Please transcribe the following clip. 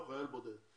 הוא חייל בודד.